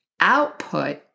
Output